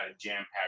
jam-packed